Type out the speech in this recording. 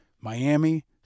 Miami